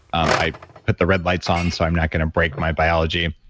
um i put the red lights on, so i'm not going to break my biology.